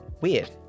Weird